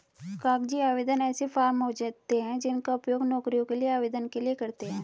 कागजी आवेदन ऐसे फॉर्म होते हैं जिनका उपयोग नौकरियों के आवेदन के लिए करते हैं